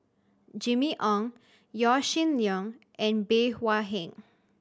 Jimmy Ong Yaw Shin Leong and Bey Hua Heng